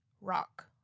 rock